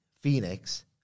Phoenix